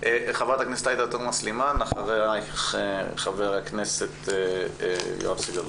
ח"כ עאידה תומא סלימאן אחריה ח"כ יואב סגלוביץ'.